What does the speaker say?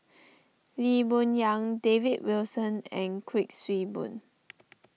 Lee Boon Yang David Wilson and Kuik Swee Boon